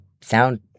sound